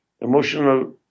Emotional